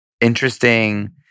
interesting